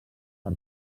per